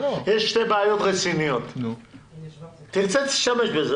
יש שתי בעיות רציניות, יש את כל